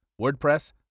WordPress